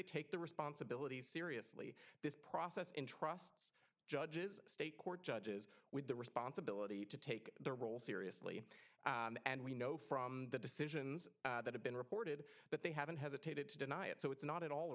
they take the responsibilities seriously this process in trusts judges state court judges with the responsibility to take the role seriously and we know from the decisions that have been reported but they haven't hesitated to deny it so it's not at all